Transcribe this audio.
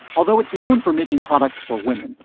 although it's known for making products for women,